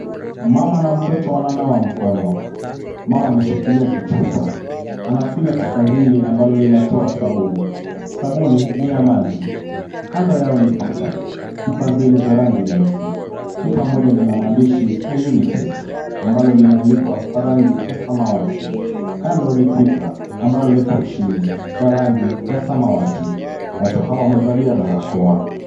Mama na mtoto wananawa mkono. Mama ameshikilia kichupa. Anafinya chupa hili ambalo linatoa sabuni. Sabuni ni ya maji. Kando yao ni pipa, pipa mbili za rangi nyeusi. Pipa moja lina maandishi ya UNICEF ambalo limeandikwa kwa rangi ya samawati. Kando ni pipa ambalo lipo chini la rangi ya samawati. Watu hawa wamevalia barakoa.